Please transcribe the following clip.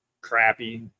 crappy